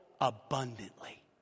abundantly